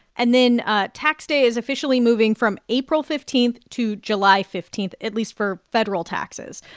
and then ah tax day is officially moving from april fifteen to july fifteen, at least for federal taxes.